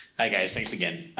hi guys thanks again.